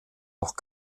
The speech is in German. auch